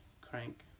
Crank